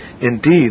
Indeed